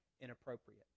inappropriate